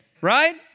Right